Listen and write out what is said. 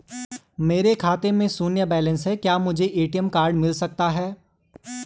मेरे खाते में शून्य बैलेंस है क्या मुझे ए.टी.एम कार्ड मिल सकता है?